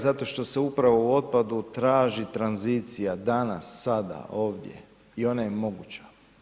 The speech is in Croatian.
Zato što se upravo u otpadu traži tranzicija danas, sada, ovdje i ona je moguća.